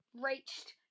reached